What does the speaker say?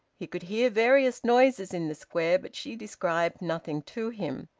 he could hear various noises in the square, but she described nothing to him.